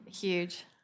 Huge